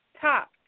top